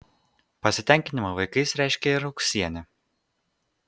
pasitenkinimą vaikais reiškė ir ūksienė